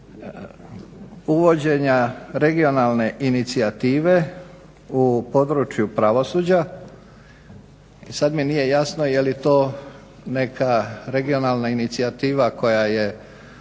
uvođenja regionalne inicijative u području pravosuđa. Sad mi nije jasno je li to neka regionalna inicijativa koja je,